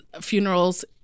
funerals